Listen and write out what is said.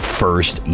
first